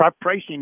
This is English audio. pricing